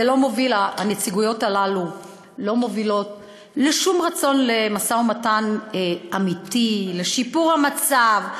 הנציגויות האלה לא מובילות לשום רצון למשא-ומתן אמיתי לשיפור המצב.